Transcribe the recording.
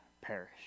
perish